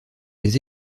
des